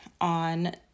on